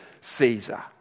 Caesar